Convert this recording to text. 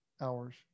hours